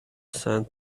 sand